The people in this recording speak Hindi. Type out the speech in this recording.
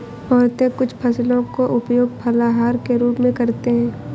औरतें कुछ फसलों का उपयोग फलाहार के रूप में करते हैं